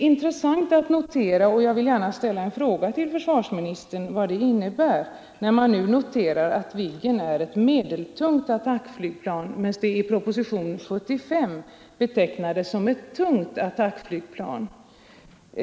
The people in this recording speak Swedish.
Jag vill också gärna fråga försvarsministern vad det innebär när det nu sägs att Viggen är ett medeltungt attackflygplan under det att Viggen i propositionen nr 75 betecknades som ett tungt attackflygplan.